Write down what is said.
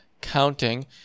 counting